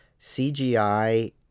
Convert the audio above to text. CGI